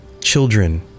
children